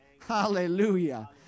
Hallelujah